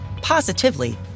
positively